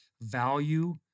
value